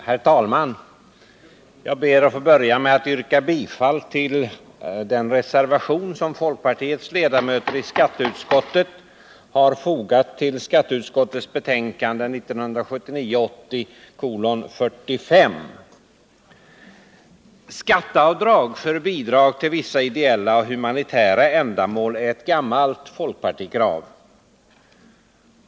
Herr talman! Jag ber att få börja med att yrka bifall till den reservation som folkpartiets ledamöter i skatteutskottet har fogat till skatteutskottets betänkande 1979/80:45. Skatteavdrag för bidrag till vissa ideella och humanitära ändamål är ett gammalt folkpartikrav.